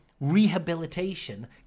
rehabilitation